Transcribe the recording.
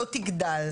לא תגדל.